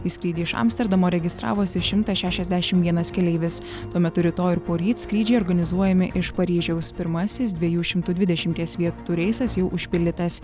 į skrydį iš amsterdamo registravosi šimtas šešiasdešim vienas keleivis tuo metu rytoj ir poryt skrydžiai organizuojami iš paryžiaus pirmasis dviejų šimtų dvidešimties vietų reisas jau užpildytas